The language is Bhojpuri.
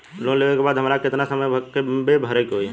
लोन लेवे के बाद हमरा के कितना समय मे भरे के होई?